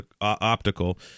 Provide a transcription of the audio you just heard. optical